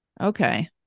okay